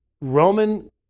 Roman